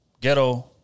ghetto